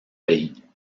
pays